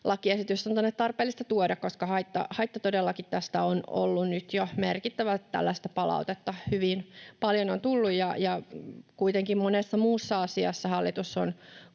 lakiesitys on tänne tarpeellista tuoda, koska todellakin haitta tästä on ollut nyt jo merkittävä, tällaista palautetta hyvin paljon on tullut, ja kuitenkin monessa muussa asiassa hallitus on